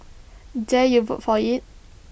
dare you vote for IT